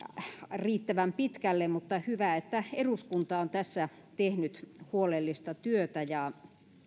riittävän pitkälle mutta hyvä että eduskunta on tässä tehnyt huolellista työtä ja